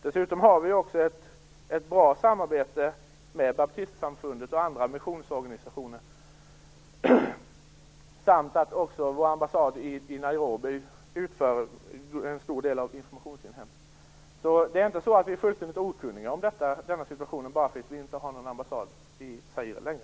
Dessutom har vi ett bra samarbete med baptistsamfundet och andra missionsorganisationer samt att vår ambassad i Nairobi också utför en stor del av informationsinhämtningen. Det är inte så att vi är fullständigt okunniga om denna situation bara för att vi inte har någon ambassad i Zaire längre.